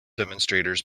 demonstrators